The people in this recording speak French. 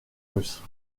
russe